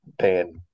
paying